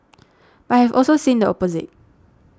but I have also seen the opposite